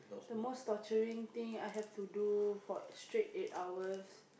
the most torturing thing I have to do for straight eight hours